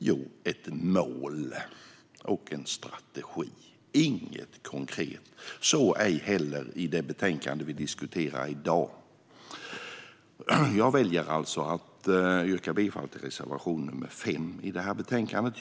Jo, ett mål och en strategi men inget konkret, och så ej heller i det betänkande vi diskuterar i dag. Jag väljer alltså att yrka bifall till reservation nr 5 i betänkandet.